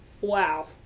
wow